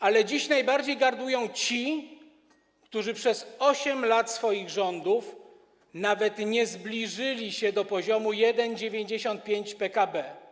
Ale dziś najbardziej gardłują ci, którzy przez 8 lat swoich rządów nawet nie zbliżyli się do poziomu 1,95 PKB.